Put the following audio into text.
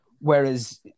Whereas